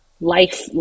life